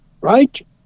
right